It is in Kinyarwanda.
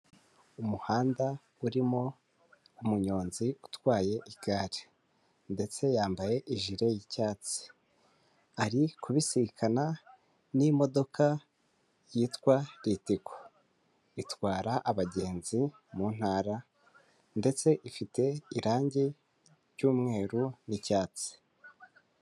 Umuhanda urimo umunyonzi utwaye igare. ndetse yambaye ijire y'icyatsi ari kubisikana n'imodoka yitwa retiko itwara abagenzi mutara ndetse ifite irangi ry'umweru n'icyatsi.